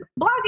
blogging